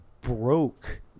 broke